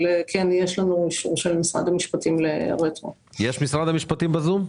יש נציג של משרד המשפטים בזום?